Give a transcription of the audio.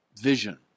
vision